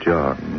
John